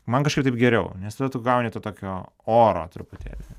man kažkaip taip geriau nes tada tu gauni to tokio oro truputėlį